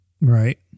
right